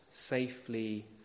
safely